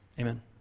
Amen